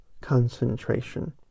concentration